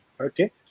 okay